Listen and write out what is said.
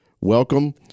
Welcome